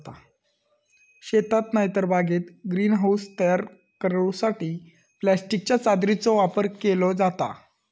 शेतात नायतर बागेत ग्रीन हाऊस तयार करूसाठी प्लास्टिकच्या चादरीचो वापर केलो जाता